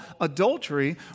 adultery